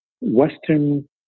Western